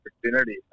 opportunity